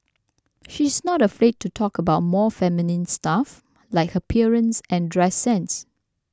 she is not afraid to talk about more feminine stuff like her appearance and dress sense